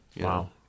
Wow